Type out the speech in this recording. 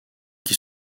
qui